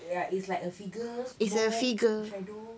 ya it's like a figures more shadow